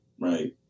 right